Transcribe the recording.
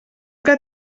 que